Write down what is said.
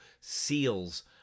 seals